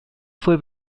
fue